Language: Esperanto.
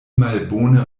malbone